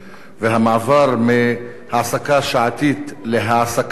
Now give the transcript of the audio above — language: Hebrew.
המעבר מהעסקה שעתית להעסקה שנתית,